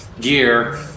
gear